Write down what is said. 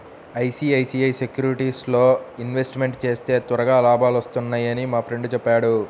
ICICI సెక్యూరిటీస్లో investment చేస్తే త్వరగా లాభాలొత్తన్నయ్యని మా ఫ్రెండు చెప్పాడు